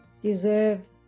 deserve